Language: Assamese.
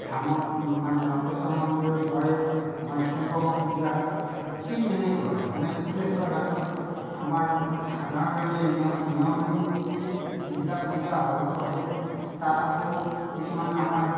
ধামত মানে লংকেশ্বৰ মন্দিৰত হয় আমাৰ শিৱ পূজা ঠিক এনেকুৱা যেনে শুক্লেশ্বৰ ঘাটত আমাৰ সাধাৰণতে নিয়মিত যিবিলাক পূজা হয়তো হয়েই তাত আকৌ কিছুমান আমাৰ